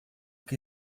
que